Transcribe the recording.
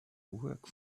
work